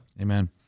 Amen